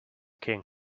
king